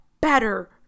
better